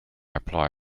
apply